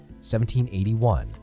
1781